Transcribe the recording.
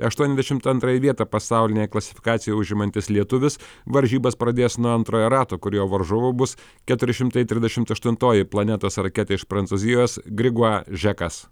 aštuoniasdešimt antrąją vietą pasaulinėje klasifikacijoje užimantis lietuvis varžybas pradės nuo antrojo rato kurio varžovu bus keturi šimtai trisdešimt aštuntoji planetos raketė iš prancūzijos grigua žekas